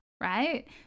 right